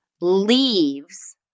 leaves